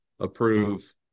approve